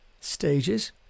stages